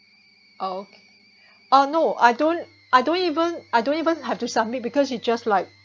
ok~ oh no I don't I don't even I don't even have to submit because it just like